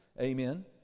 amen